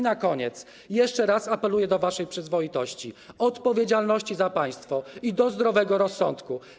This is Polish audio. Na koniec jeszcze raz apeluję do waszej przyzwoitości, odpowiedzialności za państwo i do zdrowego rozsądku.